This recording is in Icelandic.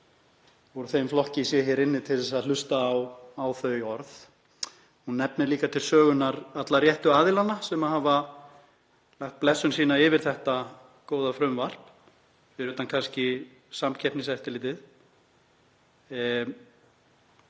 úr þeim flokki sé hér inni til að hlusta á þau orð. Hún nefni líka til sögunnar alla réttu aðilana sem hafa lagt blessun sína yfir þetta góða frumvarp, fyrir utan kannski Samkeppniseftirlitið.